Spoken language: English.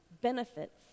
benefits